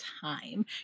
time